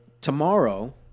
tomorrow